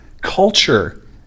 culture